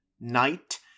Night